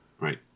right